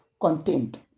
content